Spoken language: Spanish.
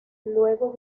luego